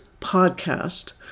podcast